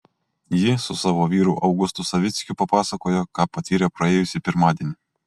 ji su savo vyru augustu savickiu papasakojo ką patyrė praėjusį pirmadienį